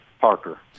Parker